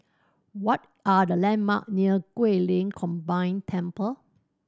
what are the landmark near Guilin Combined Temple